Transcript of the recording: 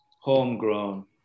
homegrown